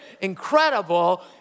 incredible